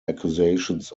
accusations